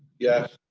yes.